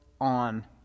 on